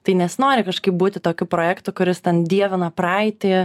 tai nesinori kažkaip būti tokiu projektu kuris ten dievina praeitį